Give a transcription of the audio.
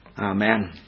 Amen